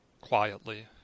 quietly